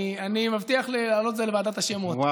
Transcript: אני מבטיח להעלות את זה לוועדת השמות.